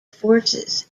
forces